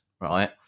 right